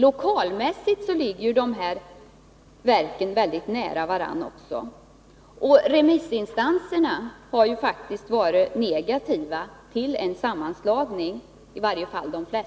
Lokalmässigt ligger de här verken väldigt nära varandra också. De flesta remissinstanserna har faktiskt varit negativa till en sammanslagning.